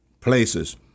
places